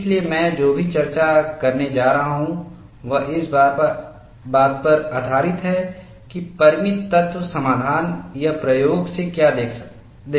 इसलिए मैं जो भी चर्चा करने जा रहा हूं वह इस बात पर आधारित है कि परिमित तत्व समाधान या प्रयोग से क्या देखा जाता है